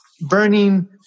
burning